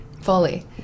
fully